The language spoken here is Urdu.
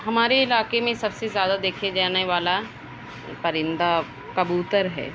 ہمارے علاقے میں سب سے زیادہ دیکھے جانے والا پرندہ کبوتر ہے